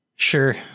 Sure